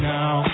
Now